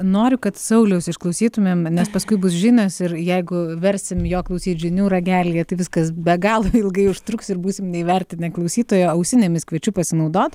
noriu kad sauliaus išklausytumėm nes paskui bus žinos ir jeigu versim jo klausyt žinių ragelyje tai viskas be galo ilgai užtruks ir būsim neįvertinę klausytojo ausinėmis kviečiu pasinaudot